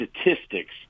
statistics